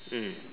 mm